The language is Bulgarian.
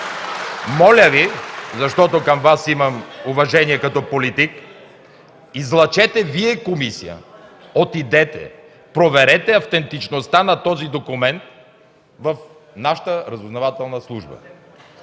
моля Ви, защото към Вас имам уважение като политик, излъчете Вие комисия, отидете, проверете автентичността на този документ в нашата разузнавателна служба.